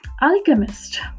alchemist